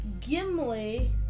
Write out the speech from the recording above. Gimli